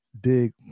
dig